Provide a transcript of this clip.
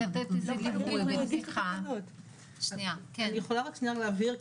אני יכולה רק שנייה להבהיר?